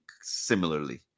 similarly